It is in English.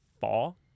fall